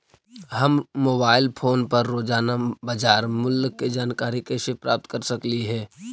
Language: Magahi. हम मोबाईल फोन पर रोजाना बाजार मूल्य के जानकारी कैसे प्राप्त कर सकली हे?